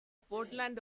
portland